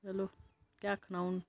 चलो केह् आक्खना हून